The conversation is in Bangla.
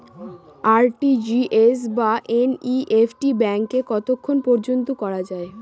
আর.টি.জি.এস বা এন.ই.এফ.টি ব্যাংকে কতক্ষণ পর্যন্ত করা যায়?